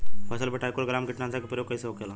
फसल पे ट्राइको ग्राम कीटनाशक के प्रयोग कइसे होखेला?